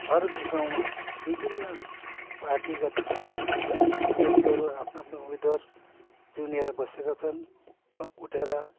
हर गाउँमा विभिन्न पार्टीगत व्यक्तिहरू आफ्ना आफ्ना उम्मेद्वार चुनिएर बसेका छन् उठेर